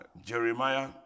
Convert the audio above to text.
Jeremiah